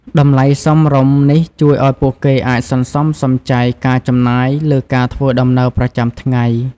តម្លៃសមរម្យនេះជួយឱ្យពួកគេអាចសន្សំសំចៃការចំណាយលើការធ្វើដំណើរប្រចាំថ្ងៃ។